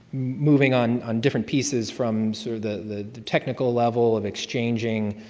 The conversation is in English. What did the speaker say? moving on on different pieces from sort of the technical level of exchanging